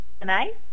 tonight